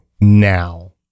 now